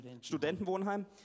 Studentenwohnheim